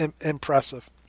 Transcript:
impressive